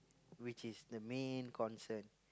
which is the main concern